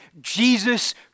Jesus